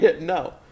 No